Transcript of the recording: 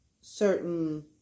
certain